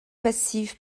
passive